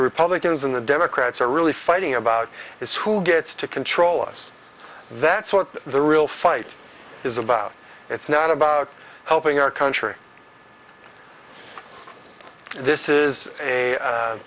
the republicans and the democrats are really fighting about is who gets to control us that's what the real fight is about it's not about helping our country this is a